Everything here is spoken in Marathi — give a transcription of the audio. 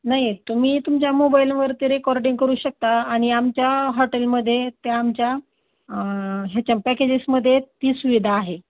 नाही तुम्ही तुमच्या मोबाईलवरती रेकॉर्डिंग करू शकता आणि आमच्या हॉटेलमध्ये त्या आमच्या ह्याच्या पॅकेजेसमध्ये ती सुविधा आहे